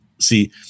See